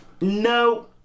no